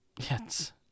yes